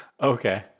Okay